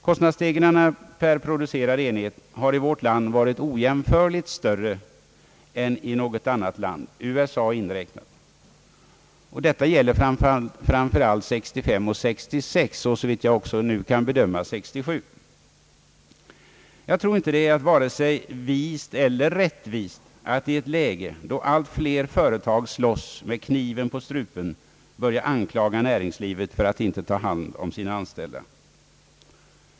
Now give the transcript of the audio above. Kostnadsstegringarna per producerad enhet har i vårt land varit ojämförligt större än i något annat land, USA inräknat. Detta gäller framför allt 1965 och 1966 och såvitt jag kan se även 1967. Jag tror inte det är vare sig vist eller rättvist att i ett läge då allt flera företag slåss med kniven på strupen börja anklaga näringslivet för att inte ta hand om sina anställda.